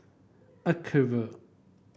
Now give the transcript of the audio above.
acuvue